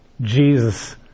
Jesus